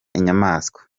inyamaswa